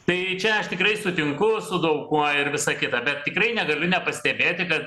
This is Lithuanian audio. tai čia aš tikrai sutinku su daug kuo ir visa kita bet tikrai negaliu nepastebėti kad